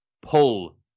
pull